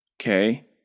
Okay